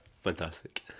Fantastic